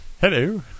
hello